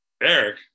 Eric